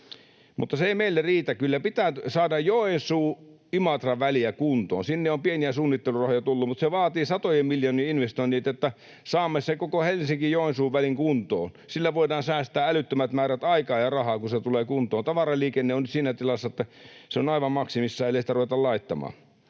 mutta se ei meille riitä. Kyllä pitää saada Joensuu—Imatra-väliä kuntoon. Sinne on pieniä suunnittelurahoja tullut, mutta se vaatii satojen miljoonien investoinnit, että saamme sen koko Helsinki—Joensuu-välin kuntoon. Sillä voidaan säästää älyttömät määrät aikaa ja rahaa, kun se tulee kuntoon. Tavaraliikenne on siinä tilassa, että se on aivan maksimissaan, ellei sitä ruveta laittamaan.